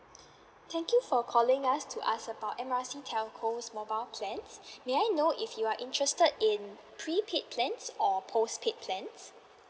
thank you for calling us to ask about M R C telco's mobile plans may I know if you are interested in prepaid plans or postpaid plans